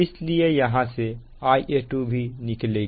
इसलिए यहां से Ia2 भी निकलेगी